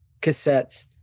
cassettes